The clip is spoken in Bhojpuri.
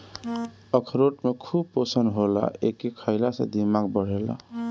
अखरोट में खूब पोषण होला एके खईला से दिमाग बढ़ेला